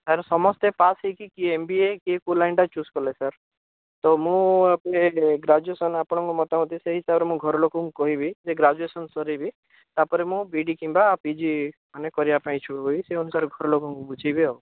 sir ସମସ୍ତେ pass ହେଇକି କିଏ ଏମ୍ ବି ଏ କିଏ କେଉଁ ଲାଇନ୍ଟା ଚୂଜ୍ କଲେ ସାର୍ ତ ମୁଁ ଆପ ଏ ଗ୍ରାଜୁଏସନ୍ ଆପଣଙ୍କ ମତାମତରେ ସେଇ ହିସାବରେ ମୁଁ ଘରଲୋକଙ୍କୁ କହିବି ଯେ ଗ୍ରାଜୁଏସନ୍ ସରାଇବି ତା'ପରେ ମୁଁ ବି ଇ ଡ଼ି କିମ୍ବା ପି ଜି ମାନେ କରିବା ପାଇଁ ଇଚ୍ଛୁକ ହୋଇ ସେଇ ଅନୁସାରେ ଘରଲୋକଙ୍କୁ ବୁଝାଇବି ଆଉ